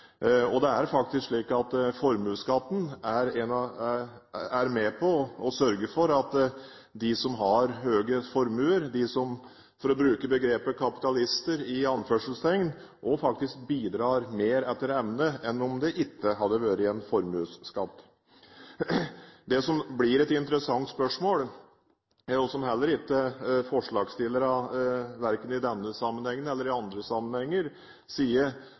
2005. Det er faktisk slik at formuesskatten er med på å sørge for at de som har høyest formuer, de som er – for å bruke begrepet – «kapitalister», faktisk også bidrar mer etter evne enn om det ikke hadde vært en formuesskatt. Det som blir et interessant spørsmål – og som heller ikke forslagsstillerne, verken i denne sammenhengen eller i andre sammenhenger, sier